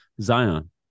Zion